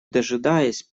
дожидаясь